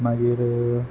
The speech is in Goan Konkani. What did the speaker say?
मागीर